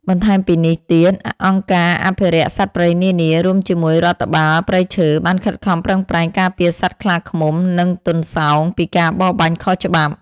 បន្ថែមពីនេះទៀត អង្គការអភិរក្សសត្វព្រៃនានា រួមជាមួយរដ្ឋបាលព្រៃឈើ បានខិតខំប្រឹងប្រែងការពារសត្វខ្លាឃ្មុំ និងទន្សោងពីការបរបាញ់ខុសច្បាប់។